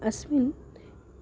अस्मिन्